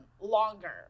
longer